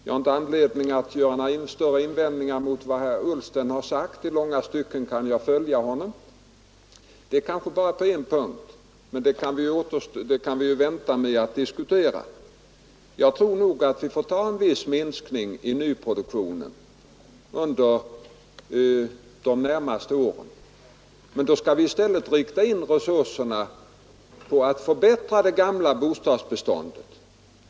Jag har inte anledning att göra några större invändningar mot vad herr Ullsten sagt; i långa stycken kan jag följa honom. Det är egentligen bara på en punkt som jag har en annan uppfattning, men det kan vi ju vänta med att diskutera. Jag tror nämligen att vi får ta en viss minskning av nyproduktionen under de närmaste åren. Men då skall vi i stället använda resurserna för att förbättra det gamla bostadsbeståndet.